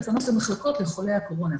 לפנות את המחלקות לחולי הקורונה.